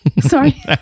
Sorry